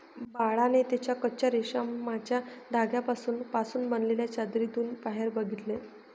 बाळाने त्याच्या कच्चा रेशमाच्या धाग्यांपासून पासून बनलेल्या चादरीतून बाहेर बघितले